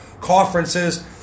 conferences